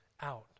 out